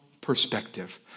perspective